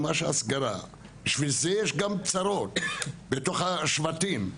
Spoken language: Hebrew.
בגלל זה יש גם צרות בתוך השבטים.